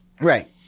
Right